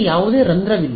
ಯಾವುದೇ ರಂಧ್ರವಿಲ್ಲ